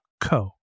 co